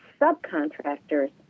subcontractors